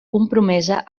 compromesa